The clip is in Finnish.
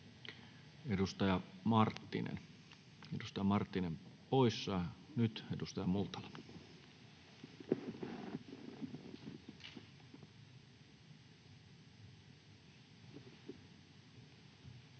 edustaja Marttinen poissa. — Nyt edustaja Multala.